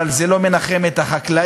אבל זה לא מנחם את החקלאים.